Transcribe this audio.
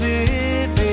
Living